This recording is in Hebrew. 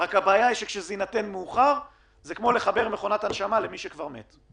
רק הבעיה היא שכשזה יינתן מאוחר זה כמו לחבר מכונת הנשמה למי שכבר מת.